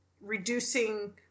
reducing